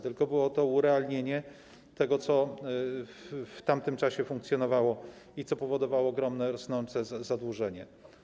To było urealnienie tego, co w tamtym czasie funkcjonowało, co powodowało ogromne, rosnące zadłużenie.